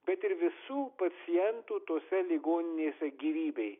bet ir visų pacientų tose ligoninėse gyvybei